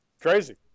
Crazy